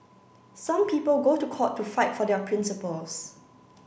some people go to court to fight for their principles